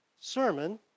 sermon